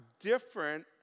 different